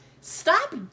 Stop